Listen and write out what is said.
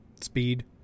speed